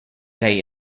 day